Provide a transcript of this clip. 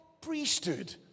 priesthood